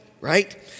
right